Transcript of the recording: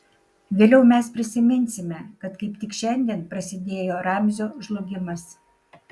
vėliau mes prisiminsime kad kaip tik šiandien prasidėjo ramzio žlugimas